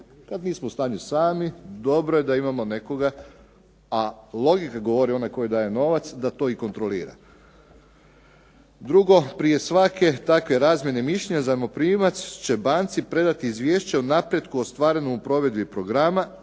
Kada nismo u stanju sami, dobro je da imamo nekoga. A logika govori da onaj tko daje novac da to i kontrolira. Drugo, "Prije svake takve razmjene mišljenja zajmoprimac će banci predati izvješće o napretku ostvarenom u provedbi programa